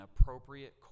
appropriate